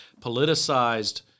politicized